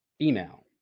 email